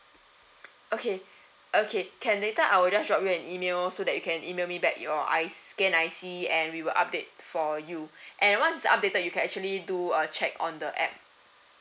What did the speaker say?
okay okay can later I will just drop you an email so that you can email me back your I scan I_C and we will update for you and once it is updated you can actually do a check on the app